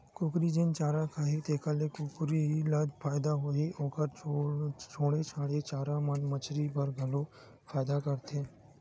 कुकरी जेन चारा खाही तेखर ले कुकरी ल फायदा होही, ओखर छोड़े छाड़े चारा मन मछरी बर घलो फायदा करथे